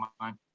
mind